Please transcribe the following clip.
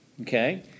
okay